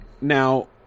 Now